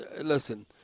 listen